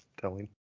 telling